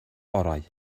orau